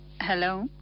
Hello